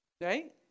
Right